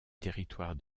territoire